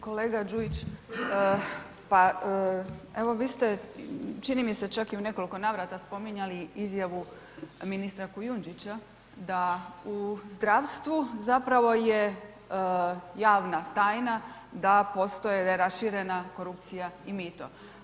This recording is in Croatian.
Kolega Đujić, pa evo, vi ste čini mi se čak i u nekoliko navrata spominjali izjavu ministra Kujundžića da u zdravstvu zapravo je javna tajna, da postoje, da je raširena korupcija i mito.